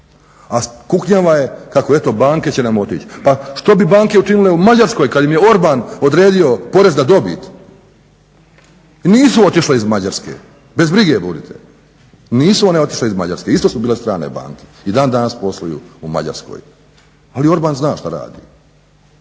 a kuknjava je kako eto banke će nam otići, pa što bi banke učinile u Mađarskoj kad im je Orban odredio porez na dobiti i nisu otišle iz Mađarske, bez brige budite, nisu one otišle iz Mađarske isto su bile strane banke i dan danas posluju u Mađarskoj, ali Orban zna šta radi,